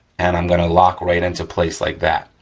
and i'm gonna lock right into place like that,